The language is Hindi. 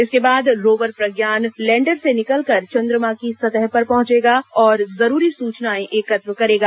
इसके बाद रोवर प्रज्ञान लैंडर से निकलकर चंद्रमा की सतह पर पहुंचेगा और जरूरी सूचनाएं एकत्र करेगा